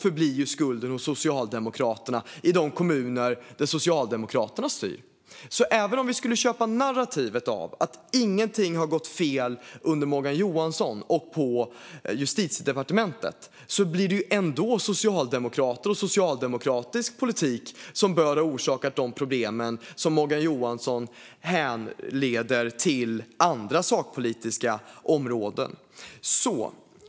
förblir ju skulden Socialdemokraternas i de kommuner där Socialdemokraterna styr. Även om vi skulle köpa narrativet att ingenting har gått fel under Morgan Johanssons tid på Justitiedepartementet blir det alltså ändå socialdemokrater och socialdemokratisk politik som bör ha orsakat de problem som Morgan Johansson härleder till andra sakpolitiska områden.